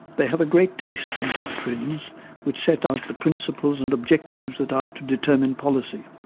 they have a great taste for doctrines which set out the principles and objectives that are to determine policy,